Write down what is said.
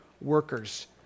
workers